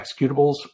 executables